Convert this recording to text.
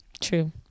true